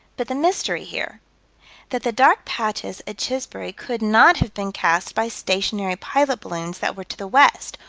but the mystery here that the dark patches at chisbury could not have been cast by stationary pilot balloons that were to the west,